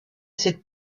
cette